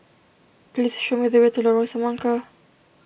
please show me the way to Lorong Semangka